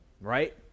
Right